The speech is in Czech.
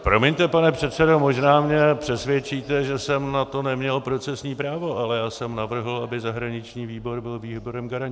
Promiňte, pane předsedo, možná mě přesvědčíte, že jsem na to neměl procesní právo, ale já jsem navrhl, aby zahraniční výbor byl výborem garančním.